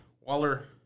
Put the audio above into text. Waller